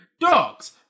Dogs